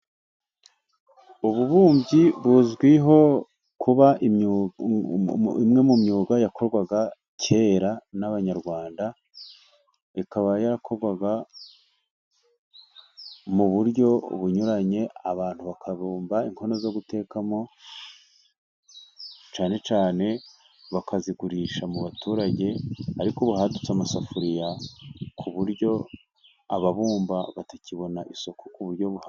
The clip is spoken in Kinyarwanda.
Ububumbyi buzwiho kuba umwe mu myuga yakorwaga kera n'abanyarwanda, ikaba yarakorwaga mu buryo bunyuranye abantu bakabumba inkono zo gutekamo cyane cyane bakazigurisha mu baturage ariko ubu hadutse amasafuriya ku buryo ababumba batakibona isoko ku buryo buhamye.